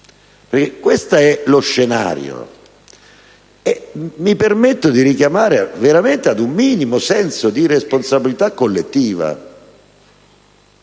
Questo è lo scenario, e mi permetto di richiamare veramente ad un minimo senso di responsabilità collettiva.